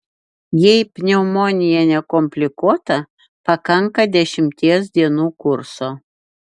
jei pneumonija nekomplikuota pakanka dešimties dienų kurso